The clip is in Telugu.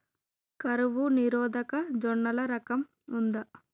కరువు నిరోధక జొన్నల రకం ఉందా?